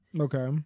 Okay